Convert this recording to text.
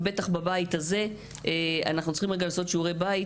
ובטח בבית הזה אנחנו צריכים לעשות שיעורי בית